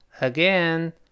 Again